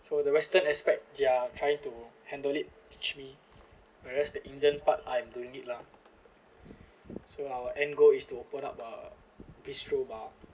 so the western aspect they're trying to handle it teach me whereas the indian part I'm doing it lah so our end goal is to open up a bistro bar